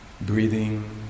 breathing